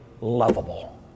lovable